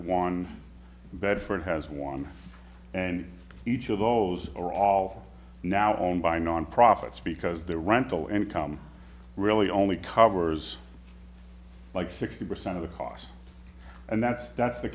one bedford has one and each of those are all now owned by non profits because their rental income really only covers like sixty percent of the cost and that's that's the